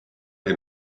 que